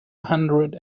hundred